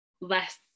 less